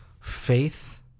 Faith